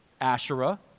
Asherah